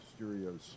Mysterios